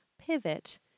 pivot